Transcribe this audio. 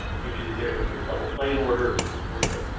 usually there to put a double play in order to avoid. ah